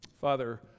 Father